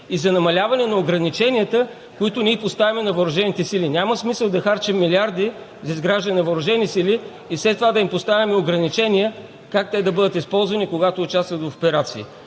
и за намаляване на ограниченията, които ние поставяме на въоръжените сили. Няма смисъл да харчим милиарди за изграждане на въоръжени сили и след това да им поставяме ограничения как те да бъдат използвани, когато участват в операции.